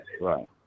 Right